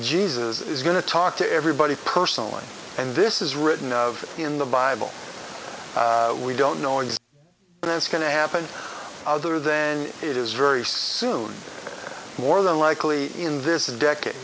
jesus is going to talk to everybody personally and this is written in the bible we don't know if that's going to happen other than it is very soon more than likely in this decade